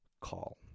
call